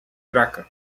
drac